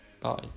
bye